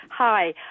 hi